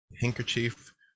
handkerchief